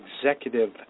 executive